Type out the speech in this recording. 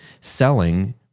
selling